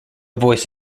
voice